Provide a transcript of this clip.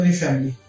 family